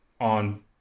on